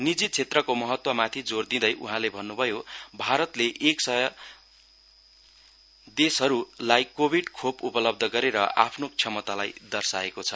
निजी क्षेत्रको महत्त्वमाथि जोर दिँदै उहाँले भन्नुभयो भारतले एक सय देशहरूलाई कोभिड खोप उपलब्ध गरेर आफ्नो क्षमतालाई दर्शाएको छ